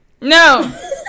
No